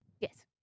Yes